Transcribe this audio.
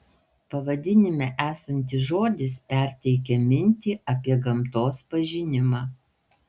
pavadinime esantis žodis perteikia mintį apie gamtos pažinimą